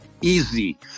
easy